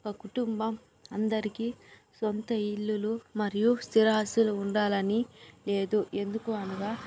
ఒక కుటుంబం అందరికీ సొంత ఇల్లులు మరియు సిరాస్థులు ఉండాలని లేదు ఎందుకు అనగా